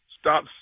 stop